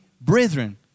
brethren